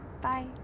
bye